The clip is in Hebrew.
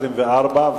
24,